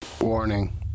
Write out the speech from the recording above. Warning